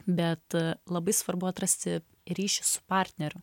bet labai svarbu atrasti ryšį su partneriu